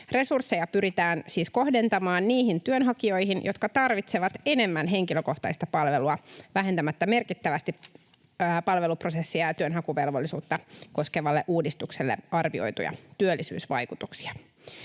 Resursseja pyritään siis kohdentamaan niihin työnhakijoihin, jotka tarvitsevat enemmän henkilökohtaista palvelua, vähentämättä merkittävästi palveluprosesseja ja työnhakuvelvollisuutta koskevalle uudistukselle arvioituja työllisyysvaikutuksia.